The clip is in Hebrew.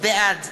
בעד